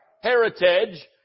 Heritage